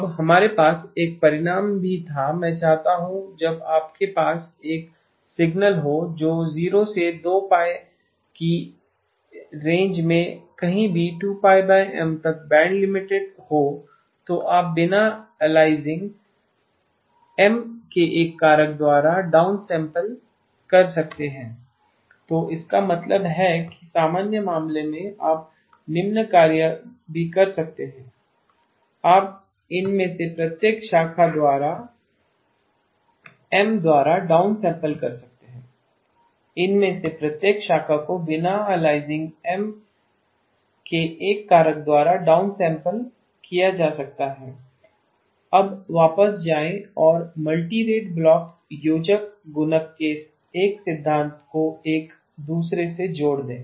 अब हमारे पास एक और परिणाम भी था मैं चाहता हूं कि जब आपके पास एक सिग्नल हो जो 0 से 2π रेंज में कहीं भी 2πM तक बैंड लिमिटेड हो तो आप बिना अलाइज़िंग M के एक कारक द्वारा डाउन सैंपल कर सकते हैं तो इसका मतलब है कि सामान्य मामले में आप निम्न कार्य भी कर सकते हैं आप इनमें से प्रत्येक शाखा द्वारा M द्वारा डाउन सैंपल कर सकते हैं इनमें से प्रत्येक शाखा को बिना अलाइज़िंग M के एक कारक द्वारा डाउन सैंपल किया जा सकता है अब वापस जाएं और मल्टीरेट ब्लॉक योजक गुणक के एक और सिद्धांत को एक दूसरे से जोड़ दें